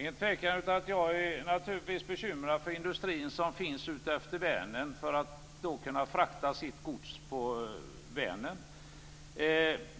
Fru talman! Jag är naturligtvis också bekymrad för den industri som finns utefter Vänern och dess möjligheter att frakta sitt gods på Vänern.